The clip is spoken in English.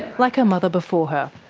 like her mother before her.